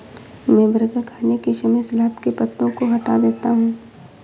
मैं बर्गर खाने के समय सलाद के पत्तों को हटा देता हूं